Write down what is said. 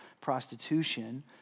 prostitution